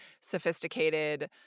sophisticated